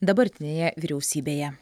dabartinėje vyriausybėje